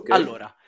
Allora